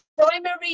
primary